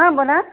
हां बोला